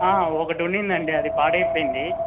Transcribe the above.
ఒకటుండింది అండి అది పాడైపోయింది